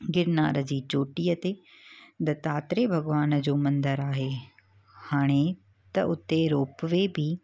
गिरनार जी चोटी ते दत्तात्रेय भॻवान जो मंदरु आहे हाणे त हुते रोपवे बि